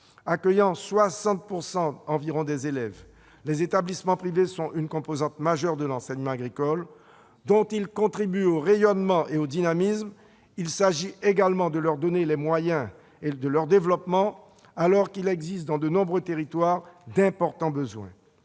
Accueillant environ 60 % des élèves, les établissements privés sont une composante majeure de l'enseignement agricole, au rayonnement et au dynamisme duquel ils contribuent. Il s'agit également de leur donner les moyens de leur développement, alors qu'il existe dans de nombreux territoires d'importants besoins.